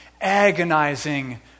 agonizing